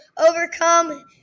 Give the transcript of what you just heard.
overcome